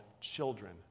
children